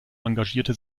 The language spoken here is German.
engagierte